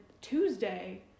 Tuesday